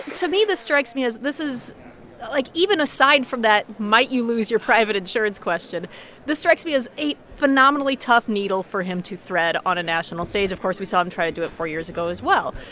to me this strikes me as this is like, even aside from that might-you-lose-your-private-insurance-question, this strikes me as a phenomenally tough needle for him to thread on a national stage. of course, we saw him try to do it four years ago as well,